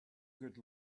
good